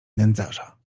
nędzarza